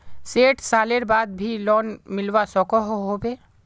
सैट सालेर बाद भी लोन मिलवा सकोहो होबे?